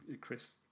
Chris